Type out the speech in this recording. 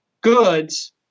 goods